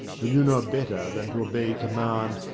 who knew no better than to obey command.